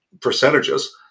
percentages